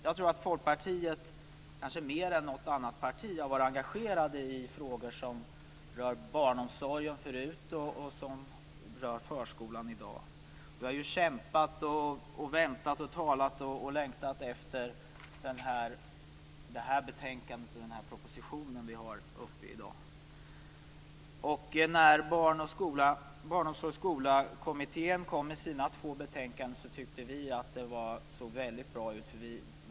Jag tror att Folkpartiet mer än något annat parti har varit engagerat i frågor som tidigare rörde barnomsorgen och som i dag rör förskolan. Vi har kämpat, väntat, talat och längtat efter det betänkande och den proposition som vi behandlar i dag. När Barnomsorg och skola-kommittén kom med sina två betänkanden tyckte vi att det såg väldigt bra ut.